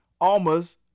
Alma's